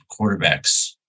quarterbacks